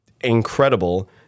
incredible